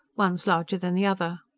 one's larger than the other.